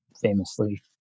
famously